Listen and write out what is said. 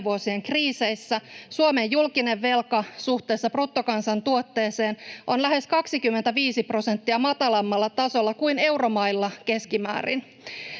vuosien kriiseissä. Suomen julkinen velka suhteessa bruttokansantuotteeseen on lähes 25 prosenttia matalammalla tasolla kuin euromailla keskimäärin.